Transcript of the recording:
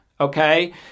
Okay